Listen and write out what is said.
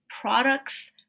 products